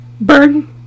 Bird